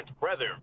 brother